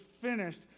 finished